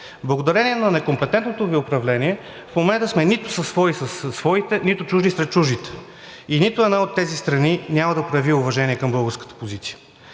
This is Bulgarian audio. Благодарение на некомпетентното Ви управление в момента сме нито свои със своите, нито чужди сред чуждите и нито една от тези страни няма да прояви уважение към българската позиция.